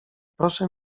proszę